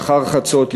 לאחר חצות,